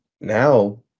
now